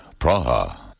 Praha